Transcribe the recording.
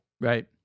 Right